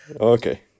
Okay